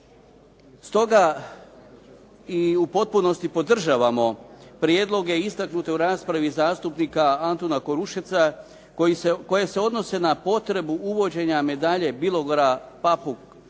Stoga i u potpunosti podržavamo prijedloge istaknute u raspravi zastupnika Antuna Korušeca koje se odnose na potrebu uvođenja medalja "Bilogora, Papuk, Psunj